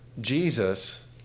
jesus